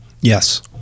Yes